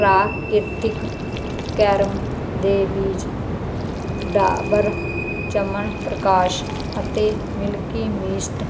ਪ੍ਰਕ੍ਰਿਤੀਕ carom ਦੇ ਬੀਜ ਡਾਬਰ ਚਯਵਨਪ੍ਰਾਸ਼ ਅਤੇ ਮਿਲਕੀ ਮਿਸਟ